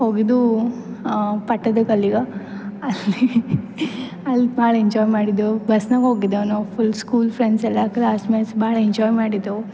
ಹೋಗಿದ್ದೂ ಪಟ್ಟದಕಲ್ಲಿಗೆ ಅಲ್ಲಿ ಅಲ್ಲಿ ಭಾಳ ಎಂಜಾಯ್ ಮಾಡಿದೆವು ಬಸ್ನಾಗ ಹೋಗಿದ್ದೇವೆ ನಾವು ಫುಲ್ ಸ್ಕೂಲ್ ಫ್ರೆಂಡ್ಸೆಲ್ಲಾ ಕ್ಲಾಸ್ಮೇಟ್ಸ್ ಭಾಳ ಎಂಜಾಯ್ ಮಾಡಿದೆವು